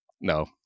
no